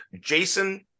Jason